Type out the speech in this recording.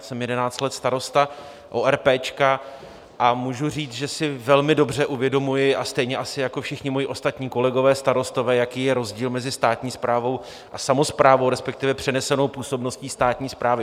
Já jsem jedenáct let starosta óerpéčka a můžu říct, že si velmi dobře uvědomuji, stejně jako asi všichni moji ostatní kolegové starostové, jaký je rozdíl mezi státní správou a samosprávou, respektive přenesenou působností státní správy.